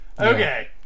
Okay